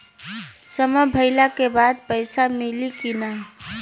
समय भइला के बाद पैसा मिली कि ना?